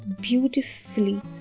beautifully